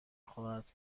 خواهد